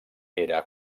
era